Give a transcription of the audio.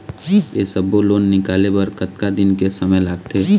ये सब्बो लोन निकाले बर कतका दिन के समय लगथे?